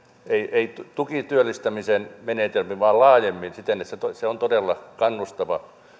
ei tukityöllistämisen menetelmin vaan laajemmin siten että se on todella kannustava